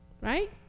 Right